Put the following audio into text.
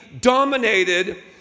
dominated